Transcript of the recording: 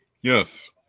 Yes